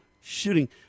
shooting